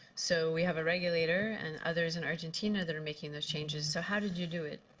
so we have a regulator and others in argentina that are making those changes. so how did you do it?